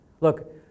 Look